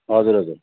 हजुर हजुर